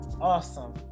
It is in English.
Awesome